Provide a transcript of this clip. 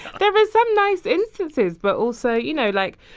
there was some nice instances. but also, you know, like,